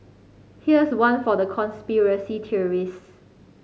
here's one for the conspiracy theorist